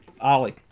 Ollie